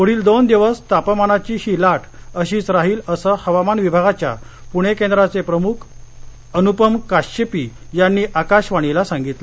पूढील दोन दिवस तापमानाची ही लाट अशीच राहील असं हवामान विभागाच्या पूणे केंद्राचे प्रमुख अनुपम काश्यपि यांनी आकाशवाणीला सांगितलं